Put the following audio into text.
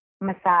massage